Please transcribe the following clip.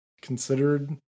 considered